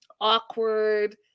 awkward